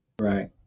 Right